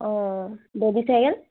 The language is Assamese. অঁ বেবী চাইকেল